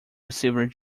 received